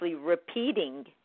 repeating